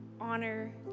honor